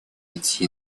идти